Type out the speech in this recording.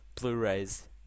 Blu-rays